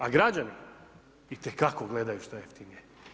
A građani, itekako gledaju što je jeftinije.